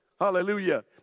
hallelujah